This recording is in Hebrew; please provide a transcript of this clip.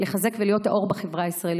לחזק ולהיות האור בחברה הישראלית.